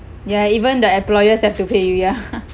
ya even the employers have to pay you ya